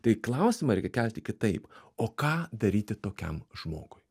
tai klausimą reikia kelti kitaip o ką daryti tokiam žmogui